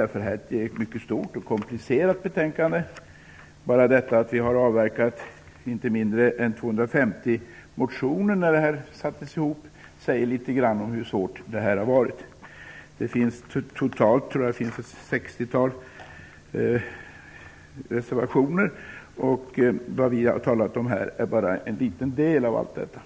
Här handlar det om ett stort och mycket komplicerat betänkande. Bara att vi har avverkat inte mindre än 250 motioner säger litet om hur svårt det har varit. Det finns totalt ett 60-tal reservationer, och vi har hittills bara talat om en liten del av allt detta.